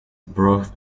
brought